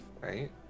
right